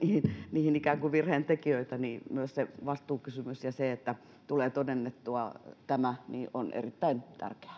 ikään kuin virheen tekijöitä on myös se vastuukysymys ja se että tämä tulee todennettua on erittäin tärkeää